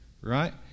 Right